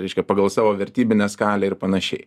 reiškia pagal savo vertybinę skalę ir panašiai